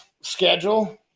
schedule –